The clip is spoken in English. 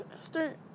start